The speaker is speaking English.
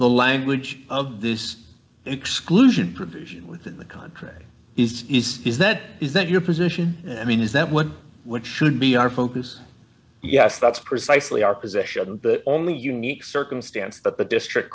the language of this exclusion provision within the contract is is is that is that your position i mean is that one which should be our focus yes that's precisely our position but only unique circumstance but the district